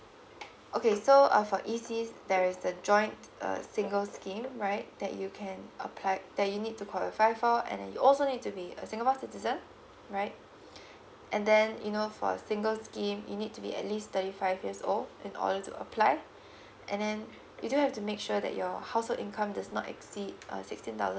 okay so uh for E_C's there is the joint uh single's scheme right that you can applied that you need to qualify for and then you also need to be a singapore citizen right and then you know for single's scheme you need to be at least thirty five years old in order to apply and then you do have to make sure that your household income does not exceed uh sixteen thousand